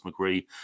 McGree